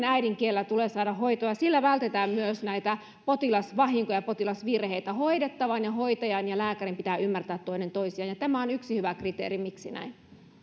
äidinkielellä tulee saada hoitoa ja sillä vältetään myös näitä potilasvahinkoja ja potilasvirheitä hoidettavan ja hoitajan ja lääkärin pitää ymmärtää toinen toisiaan ja tämä on yksi hyvä kriteeri miksi näin